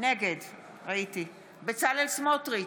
נגד בצלאל סמוטריץ'